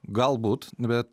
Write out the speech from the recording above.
galbūt bet